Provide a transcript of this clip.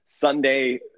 Sunday